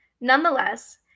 Nonetheless